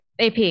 AP